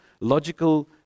logical